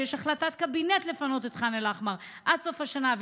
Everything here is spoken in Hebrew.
שיש החלטת קבינט לפנות את ח'אן אל-אחמר עד סוף השנה.